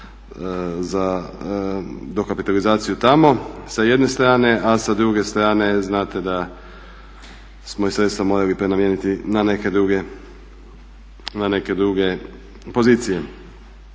za dokapitalizaciju tamo sa jedne strane, a sa druge strane znate da smo sredstva morali prenamijeniti na neke druge pozicije.